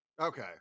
okay